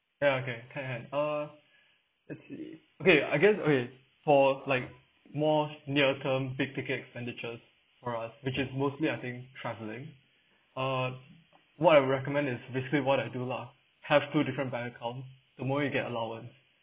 ya okay can can uh let's see okay I guess okay for like most near term big ticket expenditure or as which is mostly I think travelling uh what I'll recommend is basically what I do lah have two different bank account the more you get allowance